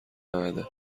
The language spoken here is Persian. نداده